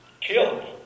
killed